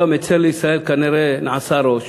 כל המצר לישראל כנראה נעשה ראש.